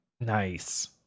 nice